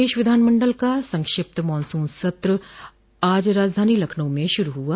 प्रदेश विधान मण्डल का संक्षिप्त मानसून सत्र आज राजधानी लखनऊ में शुरू हुआ